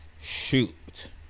Shoot